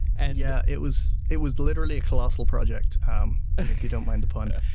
and yeah, it was it was literally a colossal projects, um and if you don't mind the pun.